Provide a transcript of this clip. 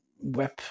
web